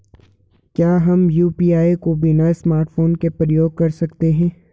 क्या हम यु.पी.आई को बिना स्मार्टफ़ोन के प्रयोग कर सकते हैं?